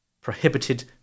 prohibited